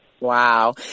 Wow